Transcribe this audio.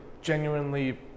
genuinely